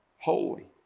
Holy